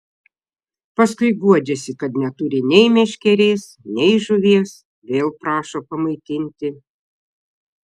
paskui guodžiasi kad neturi nei meškerės nei žuvies vėl prašo pamaitinti